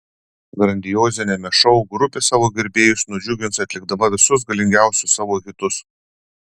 grandioziniame šou grupė savo gerbėjus nudžiugins atlikdama visus galingiausius savo hitus